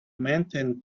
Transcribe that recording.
maintain